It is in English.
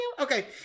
Okay